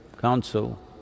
Council